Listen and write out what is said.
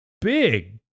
big